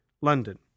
London